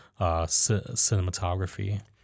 cinematography